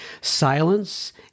silence